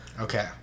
Okay